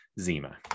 zima